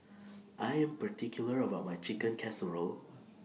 I Am particular about My Chicken Casserole